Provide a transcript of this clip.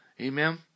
Amen